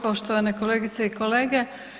Poštovane kolegice i kolege.